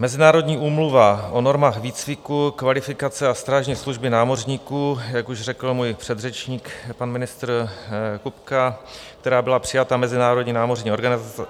Mezinárodní úmluva o normách výcviku, kvalifikace a strážní služby námořníků, jak už řekl můj předřečník, pan ministr Kupka, která byla přijata Mezinárodní námořní